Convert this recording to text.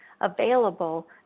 available